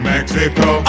Mexico